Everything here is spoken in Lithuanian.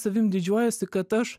savim didžiuojuosi kad aš